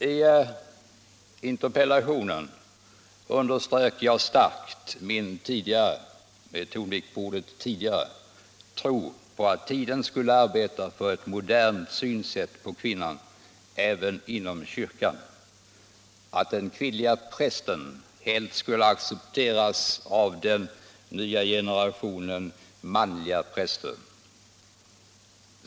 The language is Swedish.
I interpellationen underströk jag starkt min tidigare tro på att tiden skulle arbeta för ett modernt synsätt på kvinnan även inom kyrkan, min tro på att den kvinnliga prästen helt skulle accepteras av den nya generationen manliga präster.